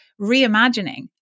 reimagining